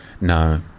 No